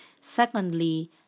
Secondly